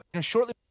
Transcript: shortly